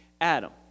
Adam